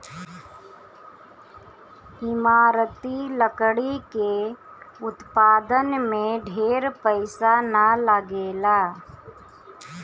इमारती लकड़ी के उत्पादन में ढेर पईसा ना लगेला